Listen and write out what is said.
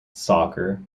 soccer